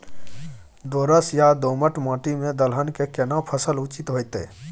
दोरस या दोमट माटी में दलहन के केना फसल उचित होतै?